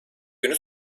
günü